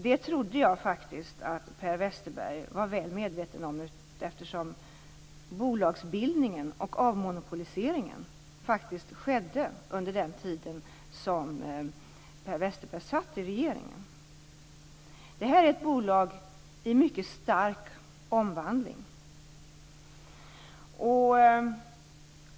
Jag trodde faktiskt att Per Westerberg var väl medveten om detta, eftersom bolagsbildningen och avmonopoliseringen skedde under den tid då han satt i regeringen. Posten är ett bolag i mycket stark omvandling.